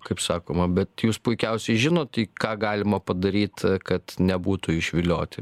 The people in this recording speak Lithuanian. kaip sakoma bet jūs puikiausiai žinot į ką galima padaryt kad nebūtų išvilioti